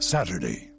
Saturday